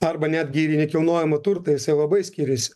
arba netgi nekilnojamo turto jisai labai skiriasi